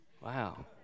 Wow